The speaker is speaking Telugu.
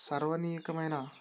సర్వణీయాకమయిన